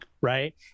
Right